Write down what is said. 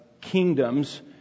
kingdoms